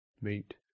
Meet